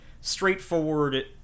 straightforward